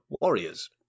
warriors